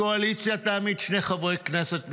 הקואליציה תעמיד שני חברי כנסת מטעמה,